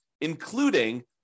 including